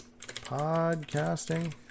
podcasting